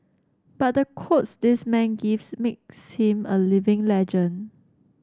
but the quotes this man gives makes him a living legend